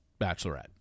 Bachelorette